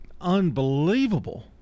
unbelievable